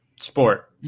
sport